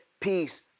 peace